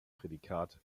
prädikat